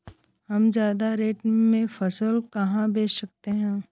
हम ज्यादा रेट में फसल कहाँ बेच सकते हैं?